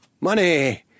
money